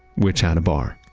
which had a bar.